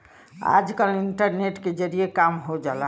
आजकल इन्टरनेट के जरिए काम हो जाला